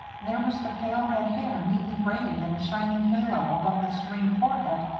there was the pale red hair neatly braided in a shining halo above the serene forehead.